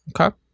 Okay